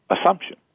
assumption